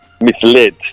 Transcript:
misled